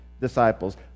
disciples